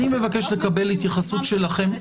אני מבקש לקבל התייחסות שלכם.